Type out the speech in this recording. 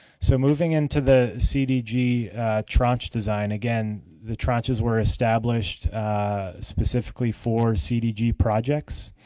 so moving into the cdg tranche design, again, the tranches were established specifically for cdg projects.